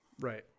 Right